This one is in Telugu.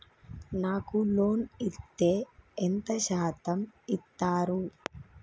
నాకు లోన్ ఇత్తే ఎంత శాతం ఇత్తరు?